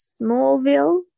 Smallville